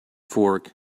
fork